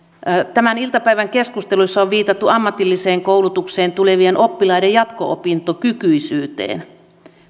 tämän iltapäivän keskusteluissa on viitattu ammatilliseen koulutukseen tulevien oppilaiden jatko opintokykyisyyteen